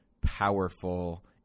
powerful